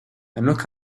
look